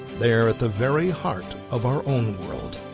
they're at the very heart of our own world.